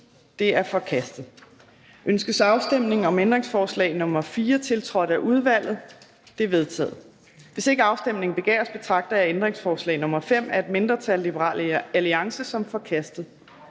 Det er forkastet. Ønskes afstemning om ændringsforslag nr. 4, tiltrådt af udvalget? Det er vedtaget. Hvis ikke afstemning begæres, betragter jeg ændringsforslag nr. 5 af et mindretal (LA) som forkastet.